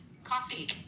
coffee